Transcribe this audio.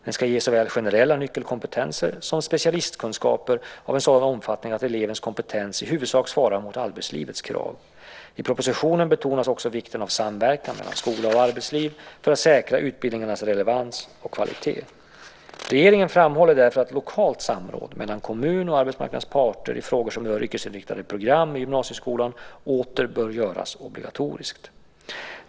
Den ska ge såväl generella nyckelkompetenser som specialistkunskaper av en sådan omfattning att elevens kompetens i huvudsak svarar mot arbetslivets krav. I propositionen betonas också vikten av samverkan mellan skola och arbetsliv för att säkra utbildningarnas relevans och kvalitet. Regeringen framhåller därför att lokalt samråd mellan kommun och arbetsmarknadens parter i frågor som rör yrkesinriktade program i gymnasieskolan åter bör göras obligatoriskt.